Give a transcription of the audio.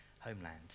homeland